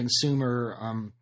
consumer